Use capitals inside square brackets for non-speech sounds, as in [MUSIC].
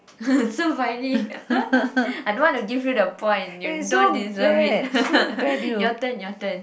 [LAUGHS] so funny [LAUGHS] I don't want to give you the point you don't deserve it [LAUGHS] your turn your turn